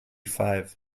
five